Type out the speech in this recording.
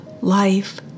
life